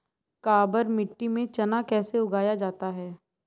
काबर मिट्टी में चना कैसे उगाया जाता है?